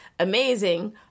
Amazing